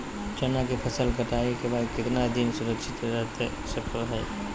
चना की फसल कटाई के बाद कितना दिन सुरक्षित रहतई सको हय?